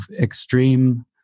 extreme